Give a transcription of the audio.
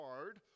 hard